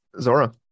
Zora